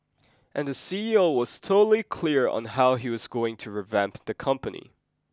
and the C E O was totally clear on how he was going to revamp the company